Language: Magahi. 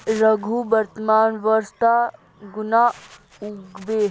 रघु वर्तमान वर्षत गन्ना उगाबे